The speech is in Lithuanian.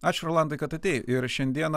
ačiū rolandai kad atėjai ir šiandieną